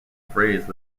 phrase